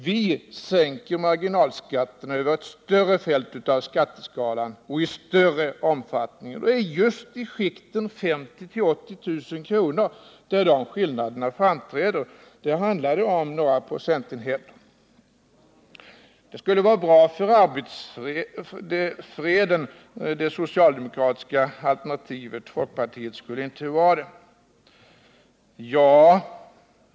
Vi sänker marginalskatterna över ett större fält av skatteskalan och i högre omfattning, och just i skiktet 50 000-80 000 kr., där skillnaderna framträder, handlar det om några procentenheter. Socialdemokraternas alternativ skulle vara bra för arbetsfreden, folkpartiets skulle inte vara det, påstods här.